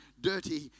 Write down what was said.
dirty